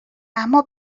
اما